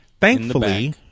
Thankfully